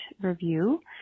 review